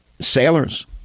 sailors